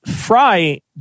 Fry